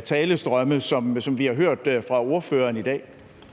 talestrømme, som vi har hørt fra ordføreren i dag?